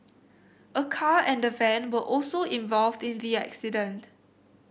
a car and a van were also involved in the accident